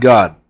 God